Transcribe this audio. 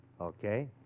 Okay